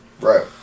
right